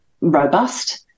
robust